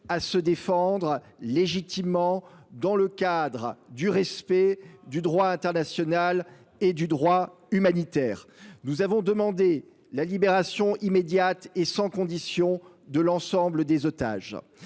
à se défendre légitimement dans le cadre du respect du droit international et du droit humanitaire. Nous avons demandé la libération immédiate et sans condition de l’ensemble des otages.